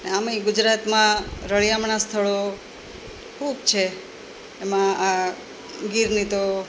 અને આમેય ગુજરાતમાં રળીયામણાં સ્થળો ખૂબ છે એમાં આ ગીરની તો